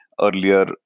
Earlier